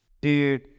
Dude